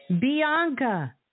Bianca